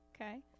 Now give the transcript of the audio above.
Okay